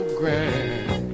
grand